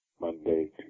Monday